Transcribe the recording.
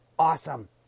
awesome